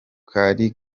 kari